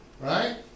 Right